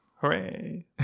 Hooray